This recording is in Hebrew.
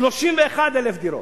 31,000 דירות.